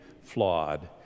flawed